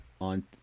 on